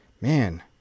man